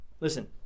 Listen